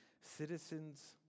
citizens